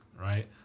right